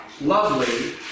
lovely